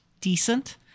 decent